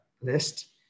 list